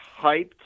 hyped